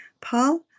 Paul